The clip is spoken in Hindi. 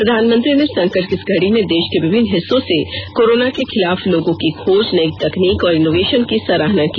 प्रधानमंत्री ने संकट की इस घड़ी में देष के विभिन्न हिस्सों से कोरोना के खिलाफ लोगों की खोज नई तकनीक और इनोवेषन की सराहना की